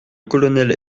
colonel